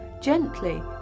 gently